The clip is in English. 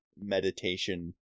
meditation